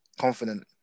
confident